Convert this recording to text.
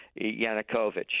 Yanukovych